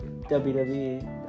WWE